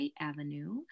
Avenue